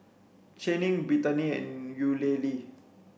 Channing Brittani and Eulalie